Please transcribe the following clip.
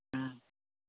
ம்